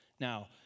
Now